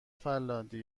فنلاندی